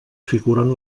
figuren